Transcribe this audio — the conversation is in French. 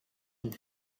deux